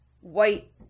white